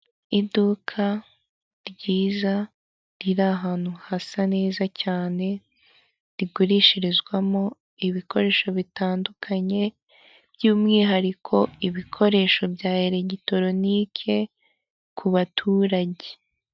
Iduka ryiza riri ahantu hasa neza cyane rigurishirizwamo ibikoresho bitandukanye by'umwihariko ibikoresho bya elegitoronike ku baturage.